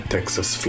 Texas